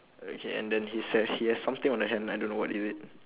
okay and then he ha~ he has something on the hand I don't know what is it